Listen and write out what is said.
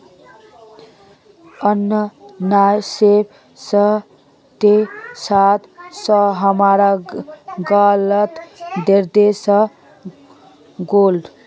अनन्नासेर खट्टे स्वाद स हमार गालत दर्द हइ गेले